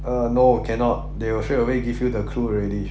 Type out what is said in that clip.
err no cannot they will straight away give you the clue already